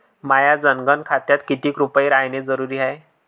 माह्या जनधन खात्यात कितीक रूपे रायने जरुरी हाय?